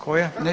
Koja?